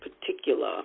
particular